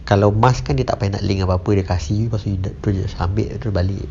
kalau mask kan dia tak payah nak link apa-apa dia kasi you kasi you just ambil lepas tu balik